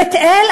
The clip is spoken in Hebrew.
בית-אל,